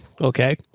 okay